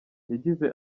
yagize